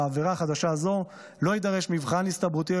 בעבירה חדשה זו לא יידרש מבחן הסתברותי,